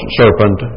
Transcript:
serpent